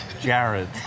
Jared